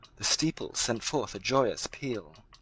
the steeples sent forth a joyous peal.